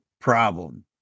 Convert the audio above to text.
problem